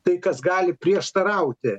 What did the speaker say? tai kas gali prieštarauti